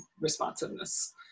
responsiveness